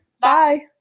Bye